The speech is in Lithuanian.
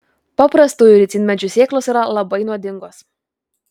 paprastųjų ricinmedžių sėklos yra labai nuodingos